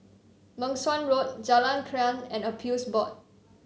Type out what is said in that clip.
Meng Suan Road Jalan Krian and Appeals Board